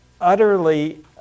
utterly